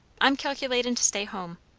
i'm calculatin' to stay home.